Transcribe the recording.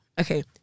Okay